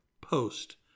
Post